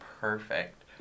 perfect